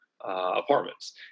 apartments